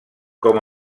com